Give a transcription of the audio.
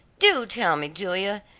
do tell me, julia,